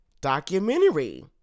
documentary